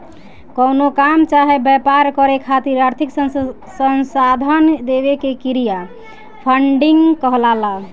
कवनो काम चाहे व्यापार करे खातिर आर्थिक संसाधन देवे के क्रिया फंडिंग कहलाला